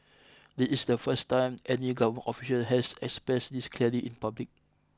this is the first time any government official has expressed this clearly in public